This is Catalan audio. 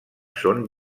són